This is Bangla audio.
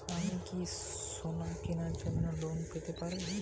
আমি কি সোনা কেনার জন্য লোন পেতে পারি?